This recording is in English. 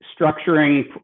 structuring